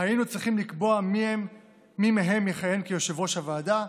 היינו צריכים לקבוע מי מהם יכהן כיושב-ראש הוועדה,